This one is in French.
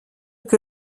que